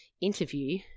interview